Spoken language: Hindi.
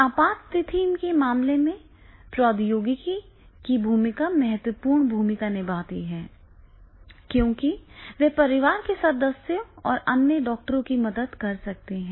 आपात स्थिति के मामले में प्रौद्योगिकी की भूमिका महत्वपूर्ण भूमिका निभाती है क्योंकि वे परिवार के सदस्यों या अन्य डॉक्टरों की मदद कर सकते हैं